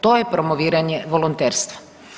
To je promoviranje volonterstva.